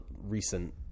recent